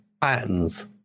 patterns